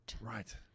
Right